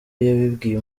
yabibwiye